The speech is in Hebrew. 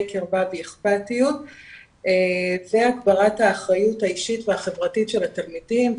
קרבה ואכפתיות והגברת האחריות האישית והחברתית של התלמידים.